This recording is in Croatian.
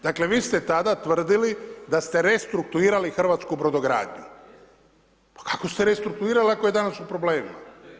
Dakle, vi ste tada tvrdili da ste restrukturirali hrvatsku brodogradnju, pa kako ste restrukturirali ako je danas u problemima?